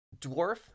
dwarf